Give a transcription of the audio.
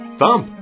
Thump